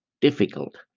difficult